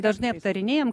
dažnai aptarinėjam